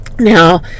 Now